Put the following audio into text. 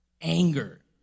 anger